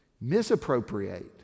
misappropriate